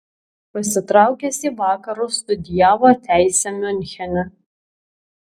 pasitraukęs į vakarus studijavo teisę miunchene